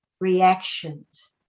reactions